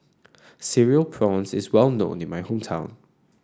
Cereal Prawns is well known in my hometown